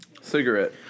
Cigarette